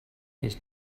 his